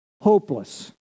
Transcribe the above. hopeless